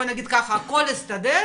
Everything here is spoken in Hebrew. בוא נגיד ככה, הכל הסתדר,